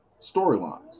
storylines